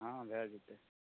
हँ भए जेतै